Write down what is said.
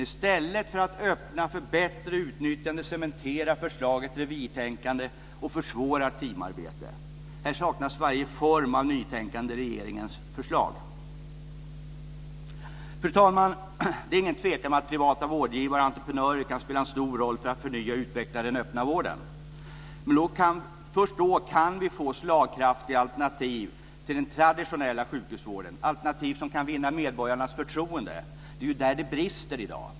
I stället för att öppna för bättre utnyttjande cementerar förslaget revirtänkandet och försvårar teamarbete. Här saknas varje form av nytänkande i regeringens förslag. Fru talman! Det är ingen tvekan om att privata vårdgivare och entreprenörer kan spela en stor roll för att förnya och utveckla den öppna vården. Först då kan vi få slagkraftiga alternativ till den traditionella sjukhusvården, alternativ som kan vinna medborgarnas förtroende. Det är ju där det brister i dag.